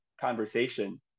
conversation